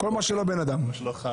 שלא חי.